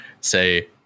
say